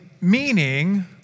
meaning